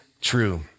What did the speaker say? true